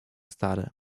stary